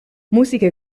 musiche